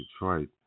Detroit